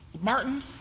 Martin